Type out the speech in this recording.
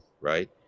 right